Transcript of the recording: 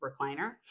recliner